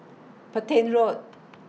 Petain Road